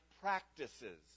practices